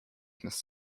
miss